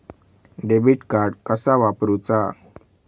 Debit card कसा वापरुचा?